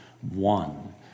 one